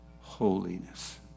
holiness